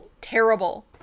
terrible